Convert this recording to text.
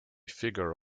figure